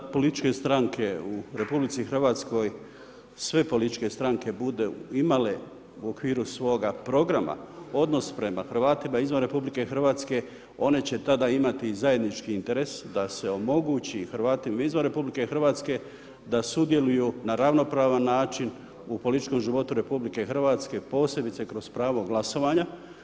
Kada političke stranke u RH, sve političke stranke budu imale u okviru svoga programa odnos prema Hrvatima izvan RH, one će tada imati zajednički interes da se omogući Hrvatima izvan RH da sudjeluju na ravnopravan način u političkom životu RH posebice kroz pravo glasovanja.